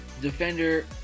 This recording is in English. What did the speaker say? defender